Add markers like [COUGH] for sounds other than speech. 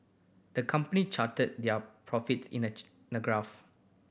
the company charted their profits in a [UNINTELLIGIBLE] a graph